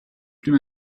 plus